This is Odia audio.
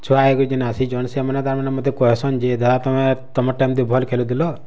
ଛୁଆ ହେଇକି ଯେନ୍ ଆସିଛନ୍ ସେମାନେ ତାର୍ ମାନେ ମୋତେ କହେସନ୍ ଯେ ଦାଦା ତମେ ତମ ଟାଇମ୍ ଦି ଭଲ୍ ଖେଲୁଥିଲ